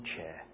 chair